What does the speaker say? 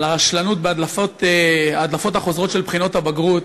על הרשלנות בהדלפות החוזרות של בחינות הבגרות,